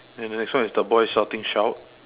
then the next one is the boy shouting shout